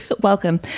Welcome